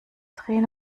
drehen